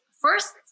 first